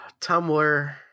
tumblr